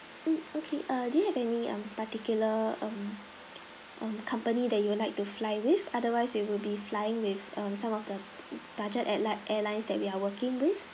mm okay do you have any um particular um um company that you would like to fly with otherwise you will be flying with um some of the budget airline~ airlines that we are working with